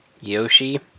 Yoshi